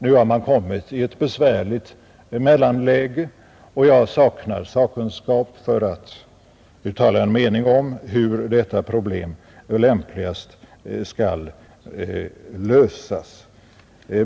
Nu har man kommit i ett besvärligt mellanläge, och jag saknar sakkunskap för att uttala en mening om hur detta problem lämpligast skall lösas.